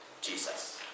Jesus